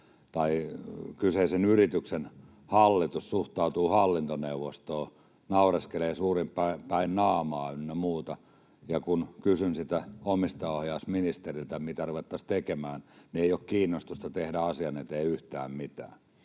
kyseisen yrityksen hallitus suhtautuu hallintoneuvostoon — suurin piirtein naureskelee päin naamaa ynnä muuta — ja kun kysyn omistajaohjausministeriltä, mitä ruvettaisiin tekemään, niin ei ole kiinnostusta tehdä asian eteen yhtään mitään.